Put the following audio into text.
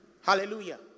Hallelujah